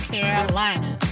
Carolina